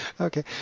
okay